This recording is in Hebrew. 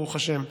ברוך השם,